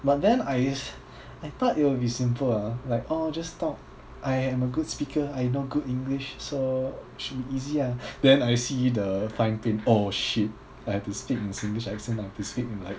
but then I I thought it will be simple ah like orh just talk I am a good speaker I know good english so should be easy ah then I see the fine print oh shit I have to speak in singlish accent I have to speak in like